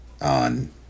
on